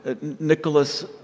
Nicholas